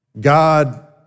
God